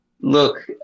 Look